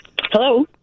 hello